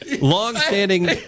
longstanding